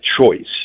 choice